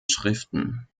schriften